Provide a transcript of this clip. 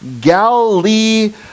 Galilee